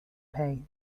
pay